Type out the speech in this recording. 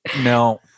No